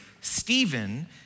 Stephen